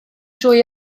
trwy